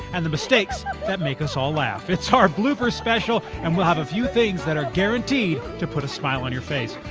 and the mistakes that make us all laugh. it's our blooper special and we'll have a few things that are guaranteed to put a smile on your face.